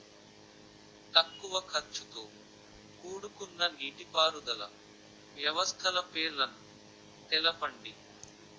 తక్కువ ఖర్చుతో కూడుకున్న నీటిపారుదల వ్యవస్థల పేర్లను తెలపండి?